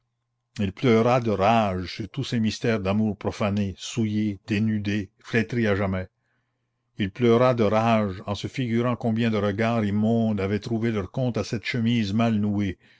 il pleura de rage sur tous ces mystères d'amour profanés souillés dénudés flétris à jamais il pleura de rage en se figurant combien de regards immondes avaient trouvé leur compte à cette chemise mal nouée